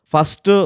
First